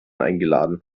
eingeladen